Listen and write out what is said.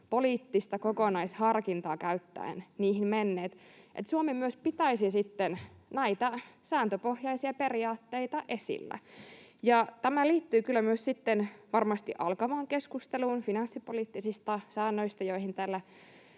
poliittista kokonaisharkintaa käyttäen niihin menneet — niin toivoisin, että Suomi myös pitäisi sitten näitä sääntöpohjaisia periaatteita esillä. Ja tämä liittyy kyllä sitten varmasti myös alkavaan keskusteluun finanssipoliittisista säännöistä, joihin